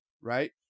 right